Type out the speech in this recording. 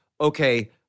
okay